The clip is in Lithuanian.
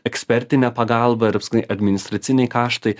ekspertinę pagalbą ir apskritai administraciniai kaštai